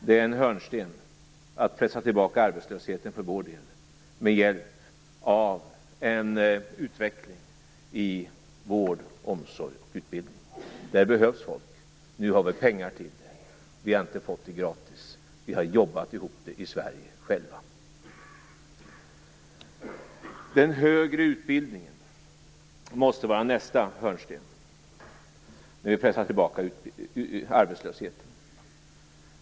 Det är en hörnsten för vår del att pressa tillbaka arbetslösheten med hjälp av en utveckling i vård, omsorg och utbildning. Där behövs det folk. Nu har vi pengar till det. Vi har inte fått det gratis, vi har själva jobbat ihop det i Sverige. Den högre utbildningen måste vara nästa hörnsten när vi pressar tillbaka arbetslösheten.